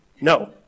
No